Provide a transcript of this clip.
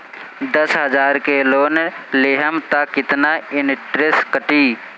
दस हजार के लोन लेहम त कितना इनट्रेस कटी?